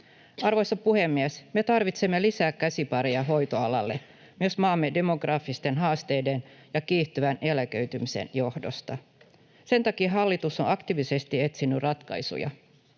Arvoisa puhemies! Me tarvitsemme lisää käsipareja hoitoalalle myös maamme demografisten haasteiden ja kiihtyvän eläköitymisen johdosta. Sen takia hallitus on aktiivisesti etsinyt ratkaisuja.